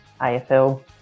AFL